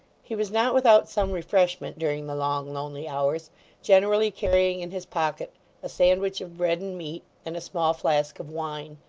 he was not without some refreshment during the long lonely hours generally carrying in his pocket a sandwich of bread and meat, and a small flask of wine.